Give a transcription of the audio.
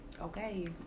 Okay